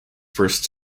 first